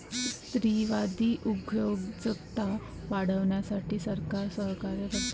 स्त्रीवादी उद्योजकता वाढवण्यासाठी सरकार सहकार्य करते